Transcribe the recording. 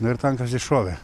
nu ir tankas iššovė